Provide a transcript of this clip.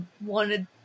wanted